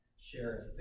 share